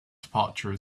departure